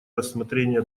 рассмотрение